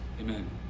Amen